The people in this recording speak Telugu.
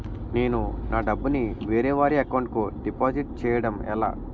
నేను నా డబ్బు ని వేరే వారి అకౌంట్ కు డిపాజిట్చే యడం ఎలా?